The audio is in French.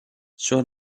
sur